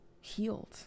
healed